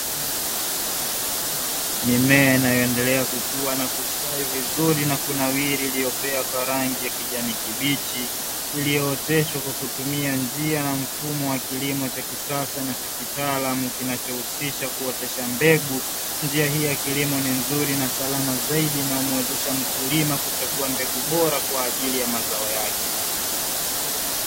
Mimea inayoendelea kukua na kustawi vizuri na kunawiri, iliyopea kwa rangi ya kijani kibichi, iliyooteshwa kwa kutumia njia na mfumo wa kilimo cha kisasa na cha kitaalamu kinachohusisha kuotesha mbegu. Njia hii ya kilimo ni nzuri na salama zaidi inayomwezesha mkulima kuchagua mbegu bora kwa ajili ya mazao yake.